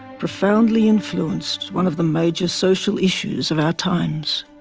profoundly influenced one of the major social issues of our times.